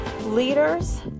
leaders